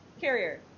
Carrier